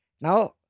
now